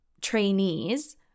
trainees